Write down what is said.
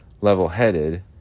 level-headed